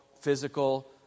physical